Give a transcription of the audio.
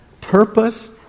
purpose